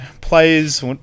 players